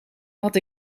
had